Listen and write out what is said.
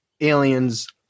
aliens